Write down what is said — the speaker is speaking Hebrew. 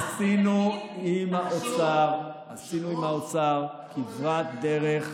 עשינו עם האוצר כברת דרך.